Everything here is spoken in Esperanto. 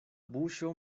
buŝo